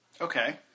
Okay